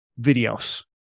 videos